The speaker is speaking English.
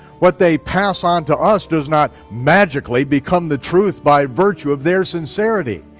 what they pass onto us does not magically become the truth by virtue of their sincerity.